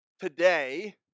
today